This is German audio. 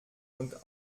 und